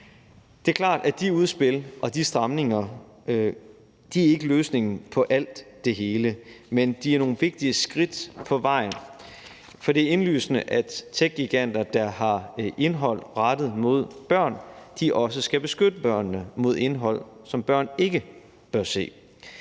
Det er klart, at de udspil og de stramninger ikke er løsningen på det hele, men de er nogle vigtige skridt på vejen. For det er indlysende, at techgiganter, der har indhold rettet mod børn, også skal beskytte børnene mod indhold, som børn ikke bør se.